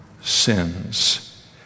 sins